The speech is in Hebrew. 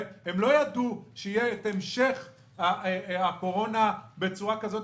והם לא ידעו שיהיה המשך הקורונה בצורה כזאת,